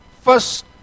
First